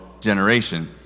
Generation